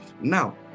now